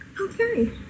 Okay